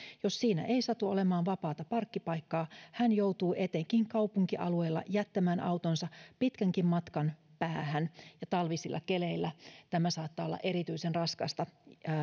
jos siinä ei satu olemaan vapaata parkkipaikkaa hän joutuu etenkin kaupunkialueella jättämään autonsa pitkänkin matkan päähän ja talvisilla keleillä tämä saattaa olla erityisen raskasta